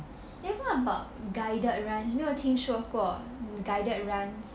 then what about guided run 你有没有听说过 guided run